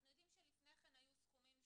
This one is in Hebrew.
אנחנו יודעים שלפני כן היו סכומים שונים,